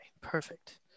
perfect